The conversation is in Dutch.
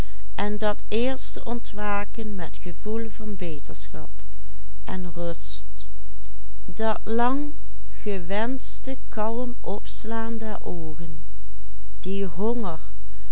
en rust dat lang gewenschte kalm opslaan der oogen die honger